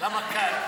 למה כאן,